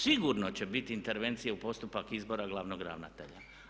Sigurno će biti intervencije u postupak izbora glavnog ravnatelja.